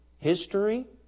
History